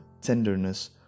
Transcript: tenderness